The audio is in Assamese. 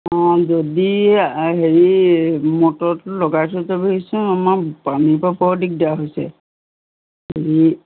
অঁ যদি হেৰি মটৰটো লগাই থৈ যাবহিচোন আমাৰ পানীৰ পৰা বৰ দিগদাৰ হৈছে হেৰি